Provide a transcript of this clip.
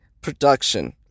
production